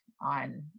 on